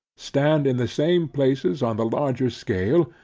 stand in the same places on the larger scale,